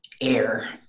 air